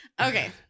Okay